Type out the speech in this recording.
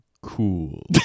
Cool